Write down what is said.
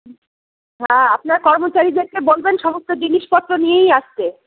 হ্যাঁ আপনার কর্মচারীদেরকে বলবেন সমস্ত জিনিসপত্র নিয়েই আসতে